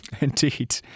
Indeed